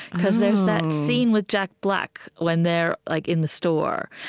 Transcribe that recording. because there's that scene with jack black, when they're like in the store,